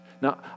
Now